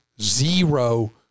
zero